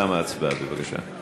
תמה ההצבעה, בבקשה.